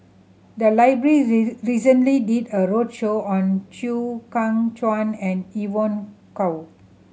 the library recently did a roadshow on Chew Kheng Chuan and Evon Kow